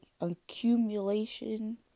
accumulation